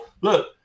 look